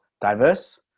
diverse